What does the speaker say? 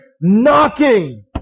knocking